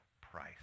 price